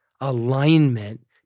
alignment